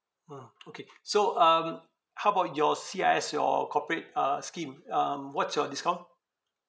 ah okay so um how about your C_I_S your corporate uh scheme um what's your discount